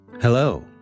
Hello